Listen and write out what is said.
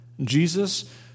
Jesus